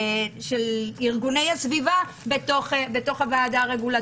של ארגוני הסביבה בוועדה הרגולטורית.